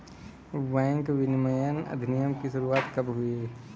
Bank विनियमन अधिनियम की शुरुआत कब हुई?